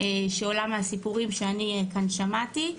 שעולה מהסיפורים שאני כאן שמעתי,